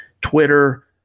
Twitter